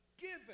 given